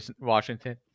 Washington